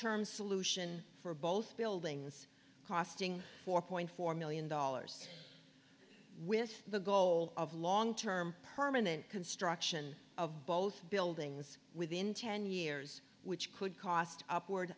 term solution for both buildings costing four point four million dollars with the goal of long term permanent construction of both buildings within ten years which could cost upward